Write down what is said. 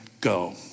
go